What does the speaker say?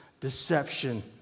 deception